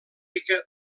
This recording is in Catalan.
rica